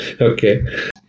Okay